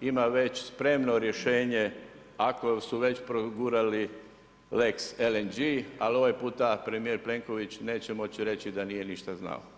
ima već spremno rješenje ako su već progurali lex LNG ali ovaj puta premijer Plenković neće moći reći da nije ništa znao.